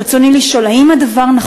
ברצוני לשאול: 1. האם נכון הדבר?